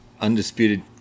Undisputed